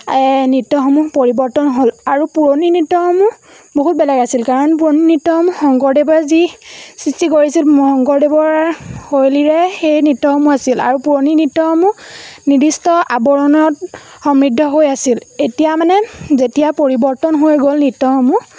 নৃত্যসমূহ পৰিৱৰ্তন হ'ল আৰু পুৰণি নৃত্যসমূহ বহুত বেলেগ আছিল কাৰণ পুৰণি নৃত্যসমূহ শংকৰদেৱৰ যি সৃষ্টি কৰিছিল শংকৰদেৱৰ শৈলীৰে সেই নৃত্যসমূহ আছিল আৰু পুৰণি নৃত্যসমূহ নিৰ্দিষ্ট আৱৰণত সমৃদ্ধ হৈ আছিল এতিয়া মানে যেতিয়া পৰিৱৰ্তন হৈ গ'ল নৃত্যসমূহ